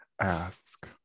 ask